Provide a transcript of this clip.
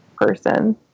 person